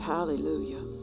Hallelujah